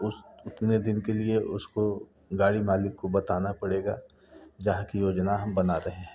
उस उतने दिन के लिए उसको गाड़ी मालिक को बताना पड़ेगा जहाँ कि योजना हम बना रहे हैं